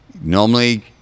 Normally